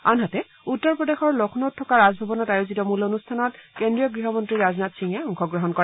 আনহাতে উত্তৰ প্ৰদেশৰ লক্ষ্ণীত থকা ৰাজভৱনত আয়োজিত মল অনুষ্ঠানত কেন্দ্ৰীয় গৃহমন্ত্ৰী ৰাজনাথ সিঙে অংশগ্ৰহণ কৰে